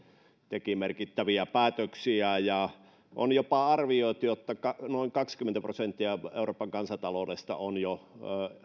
teki merkittäviä päätöksiä on arvioitu että jopa noin kaksikymmentä prosenttia euroopan kansantaloudesta